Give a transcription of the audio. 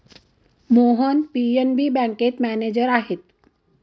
Mohan PNB बँकेत manager आहेत